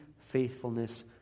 faithfulness